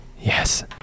Yes